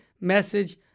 message